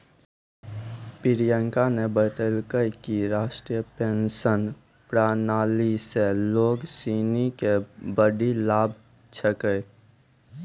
प्रियंका न बतेलकै कि राष्ट्रीय पेंशन प्रणाली स लोग सिनी के बड्डी लाभ छेकै